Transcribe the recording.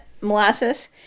molasses